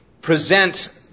present